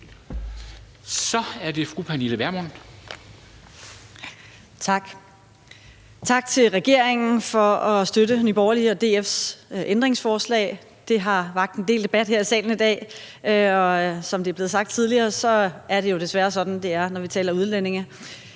Kl. 11:20 Pernille Vermund (NB): Tak til regeringen for at støtte Nye Borgerlige og DF's ændringsforslag. Det har vakt en del debat her i salen i dag, og som det er blevet sagt tidligere, er det jo desværre sådan, det er, når vi taler udlændinge.